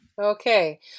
Okay